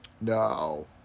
No